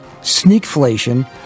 sneakflation